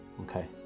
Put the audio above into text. Okay